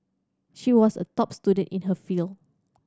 she was a top student in her field